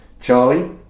Charlie